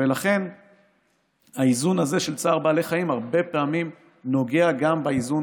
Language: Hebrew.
ולכן האיזון הזה של צער בעלי חיים הרבה פעמים נוגע גם באיזון